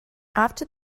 after